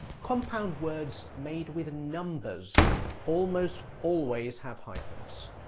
compound words made with numbers almost always have hyphens.